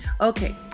Okay